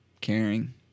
caring